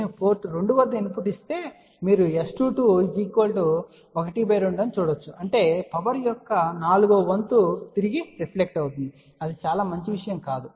నేను పోర్ట్ 2 వద్ద ఇన్పుట్ ఇస్తే మీరు S22 ½ అని చూడవచ్చు అంటే పవర్ యొక్క నాలుగవ వంతు తిరిగి రిఫ్లెక్ట్ అవుతుంది అది చాలా మంచి విషయం కాదు